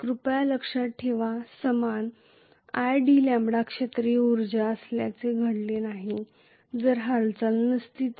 कृपया लक्षात ठेवा समान idλ क्षेत्रीय उर्जा असल्याचे घडले आहे हालचाली नसल्यास